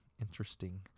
Interesting